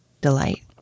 delight